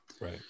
Right